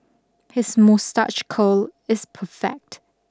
his moustache curl is perfect